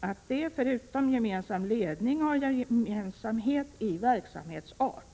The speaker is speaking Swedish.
att de förutom gemensam ledning skall ha gemensamhet i verksamhetsart.